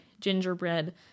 gingerbread